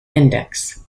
index